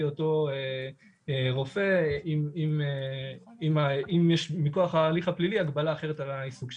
אותו רופא אם יש מכוח ההליך הפלילי הגבלה אחרת על העיסוק שלו.